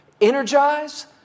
energize